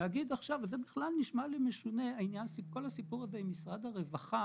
זה נשמע לי משונה כל הסיפור הזה עם משרד הרווחה.